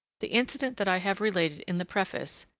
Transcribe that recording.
the incident that i have related in the preface,